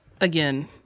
again